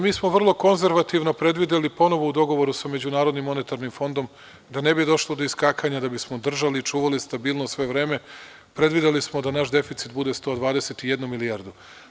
Mi smo vrlo konzervativno predvideli ponovo u dogovoru sa MMF da ne bi došlo do iskakanja, da bismo držali i čuvali stabilnost sve vreme, predvideli smo da naš deficit bude 121 milijardu.